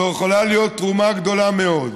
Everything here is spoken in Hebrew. זו יכולה להיות תרומה גדולה מאוד.